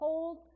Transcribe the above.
Hold